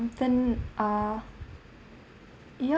and then uh yup